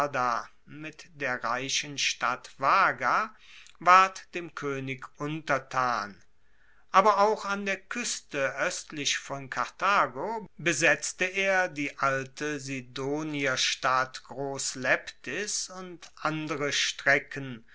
mit der reichen stadt vaga ward dem koenig untertan aber auch an der kueste oestlich von karthago besetzte er die alte sidonierstadt gross leptis und andere strecken